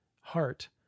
heart